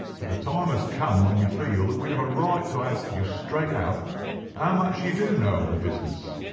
but the time has come when we feel that we have a right to ask you straight how ah much you do know of the business.